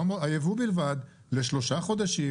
לשלושה חודשים,